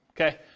okay